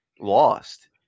lost